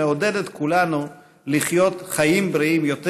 שמעודד את כולנו לחיות חיים בריאים יותר,